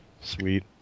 Sweet